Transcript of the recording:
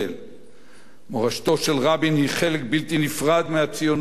מורשתו של רבין היא חלק בלתי נפרד מהציונות החילונית,